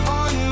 on